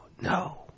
no